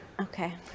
Okay